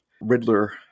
riddler